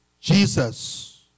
Jesus